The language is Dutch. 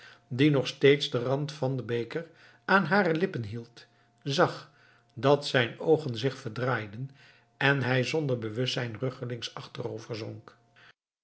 die nog steeds den rand van den beker aan hare lippen hield zag dat zijn oogen zich verdraaiden en hij zonder bewustzijn